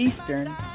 Eastern